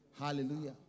Hallelujah